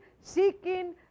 seeking